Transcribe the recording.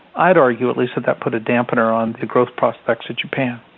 i'd argue at least that that put a dampener on the growth prospects of japan.